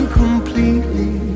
completely